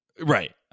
Right